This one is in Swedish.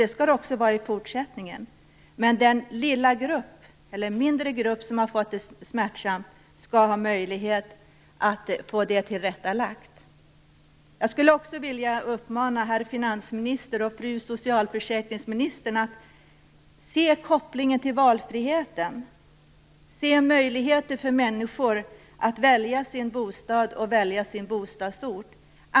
Det är det också i fortsättningen, men den mindre grupp som har drabbats smärtsamt skall ha möjlighet att få ett tillrättaläggande. Jag skulle också vilja uppmana herr finansministern och fru socialförsäkringsministern att se till behovet av valfrihet för människor när det gäller att välja bostad och bostadsort.